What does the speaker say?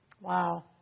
Wow